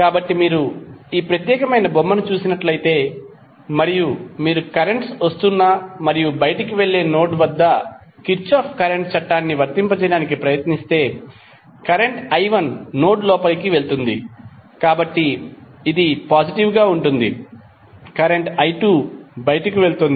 కాబట్టి మీరు ఈ ప్రత్యేకమైన బొమ్మను చూసినట్లయితే మరియు మీరు కరెంట్ స్ వస్తున్న మరియు బయటికి వెళ్ళే నోడ్ వద్ద కిర్చోఫ్ కరెంట్ చట్టాన్ని వర్తింపజేయడానికి ప్రయత్నిస్తే కరెంట్ i1 నోడ్ లోపలికి వెళుతుంది కాబట్టి ఇది పాజిటివ్ గా ఉంటుంది కరెంట్ i2 బయటకు వెళ్తోంది